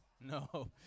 no